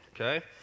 okay